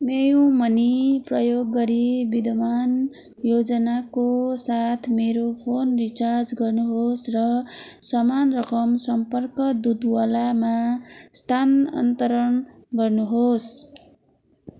PayU money प्रयोग गरी विद्यमान योजनाको साथ मेरो फोन रिचार्ज गर्नुहोस् र समान रकम सम्पर्क दुधवालामा स्थानान्तरण गर्नुहोस्